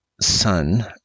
son